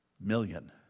million